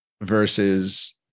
versus